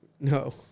No